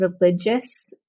religious